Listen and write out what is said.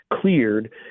cleared